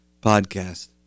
podcast